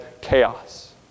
chaos